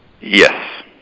Yes